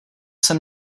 jsem